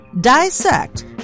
dissect